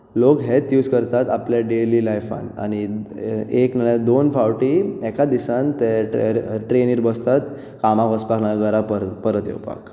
लोक हेंच यूज करतात आपल्या डेयली लायफांत एक ना जाल्यार दोन फावटी एक दिसांत ते ट्रेनीर बसतात कामाक वचपाक ना जाल्यार घरा परत येवपाक